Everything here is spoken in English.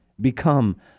Become